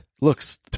looks